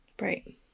right